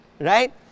right